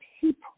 people